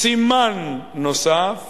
סימן נוסף